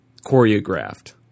choreographed